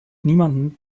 niemanden